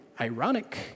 ironic